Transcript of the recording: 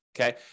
Okay